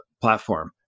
Platform